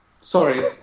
sorry